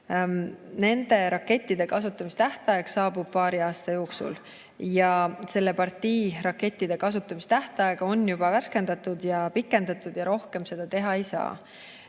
Nende rakettide kasutamistähtaeg saabub paari aasta jooksul. Selle partii rakettide kasutamistähtaega on juba värskendatud ja pikendatud ning rohkem seda teha ei saa.